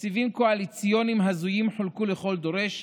תקציבים קואליציוניים הזויים חולקו לכל דורש,